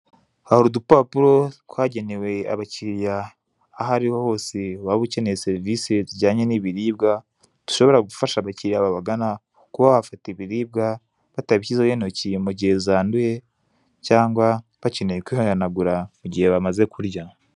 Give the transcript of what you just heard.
Hari udupapuro twagenewe abakiriya aho ariho hose waba ukeneye serivise zijyanye n'ibiribwa, dushobora gufasha abakiriya babagana kuba bafata ibiribwa batabishyizeho intoki mu gihe zanduye cyangwa bakeneye kwihanagura mu gihe bamaze kurya.